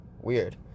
Weird